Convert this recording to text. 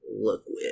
liquid